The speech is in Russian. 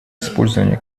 использование